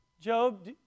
Job